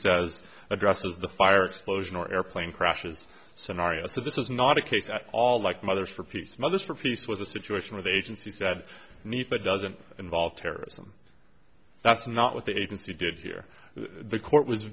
says addresses the fire explosion or airplane crashes scenario so this is not a case at all like mothers for peace mothers for peace was a situation where the agency said nice but doesn't involve terrorism that's not what the agency did here the court was